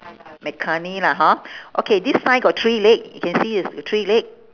mccartney lah hor okay this sign got three leg you can see is got three leg